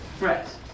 Right